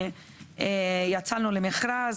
יצאנו למכרז,